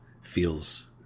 feels